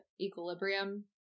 equilibrium